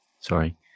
Sorry